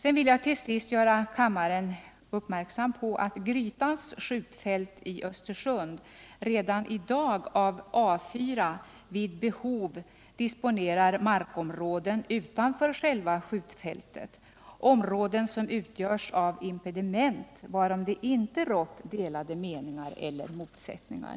Jag vill till sist göra kammarens ledamöter uppmärksamma på att Grytans skjutfält i Östersund redan i dag av A 4 vid behov disponerar markområden utanför själva skjutfältet, områden som utgörs av impediment varom det inte rått delade meningar eller motsättningar.